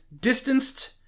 distanced